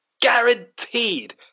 guaranteed